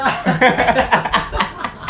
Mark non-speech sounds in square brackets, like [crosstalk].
[laughs]